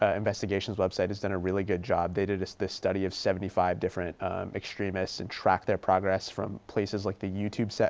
ah investigations website hasdone a really good job. they did this this study of seventy five different extremists and track their progress from places like the youtube,